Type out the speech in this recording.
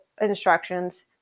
instructions